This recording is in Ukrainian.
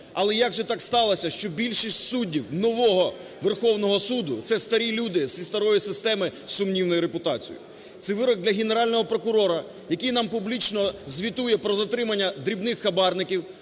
Але як же так сталося, що більшість суддів нового Верховного Суду - це старі люди зі старої системи з сумнівною репутацією? Це вирок для Генерального прокурора, який нам публічно звітує про затримання дрібних хабарників,